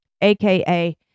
aka